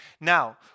Now